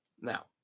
now